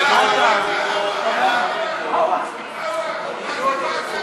ההצעה להעביר את הצעת חוק